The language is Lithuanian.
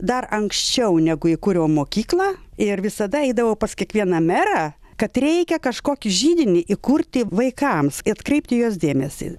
dar anksčiau negu įkūriau mokyklą ir visada eidavau pas kiekvieną merą kad reikia kažkokį židinį įkurti vaikams i atkreipti į juos dėmesį